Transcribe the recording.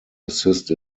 assist